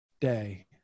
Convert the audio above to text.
day